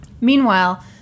Meanwhile